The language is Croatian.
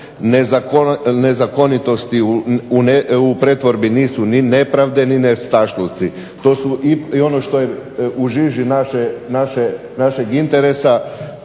nezakonitosti u pretvorbi nisu ni nepravde ni nestašluci. To su, i ono što je u žiži našeg interesa